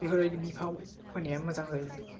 बेफोरबायदि बिफाव होनाया मोजां जायो